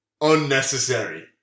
unnecessary